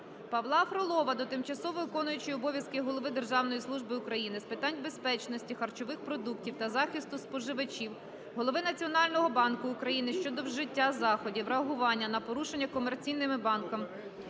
Павла Фролова до тимчасово виконуючої обов'язки голови Державної служби України з питань безпечності харчових продуктів та захисту споживачів, Голови Національного банку України щодо вжиття заходів реагування на порушення комерційними банками